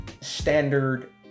Standard